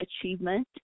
achievement